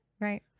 Right